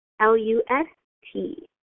L-U-S-T